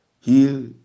heal